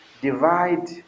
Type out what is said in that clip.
divide